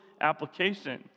application